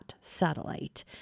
satellite